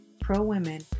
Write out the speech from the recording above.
pro-women